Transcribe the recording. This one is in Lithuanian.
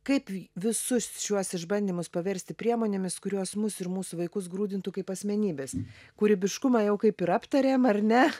kaip visus šiuos išbandymus paversti priemonėmis kurios mus ir mūsų vaikus grūdintų kaip asmenybes kūrybiškumą jau kaip ir aptarėm ar ne